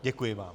Děkuji vám.